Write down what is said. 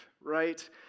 right